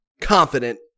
confident